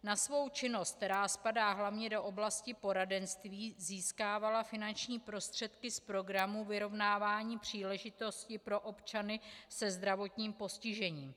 Na svou činnost, která spadá hlavně do oblasti poradenství, získávala finanční prostředky z Programu vyrovnávání příležitostí pro občany se zdravotním postižením.